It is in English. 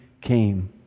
came